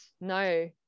no